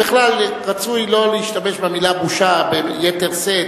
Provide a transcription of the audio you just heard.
בכלל, רצוי לא להשתמש במלה "בושה" ביתר שאת.